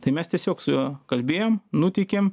tai mes tiesiog su juo kalbėjom nuteikėm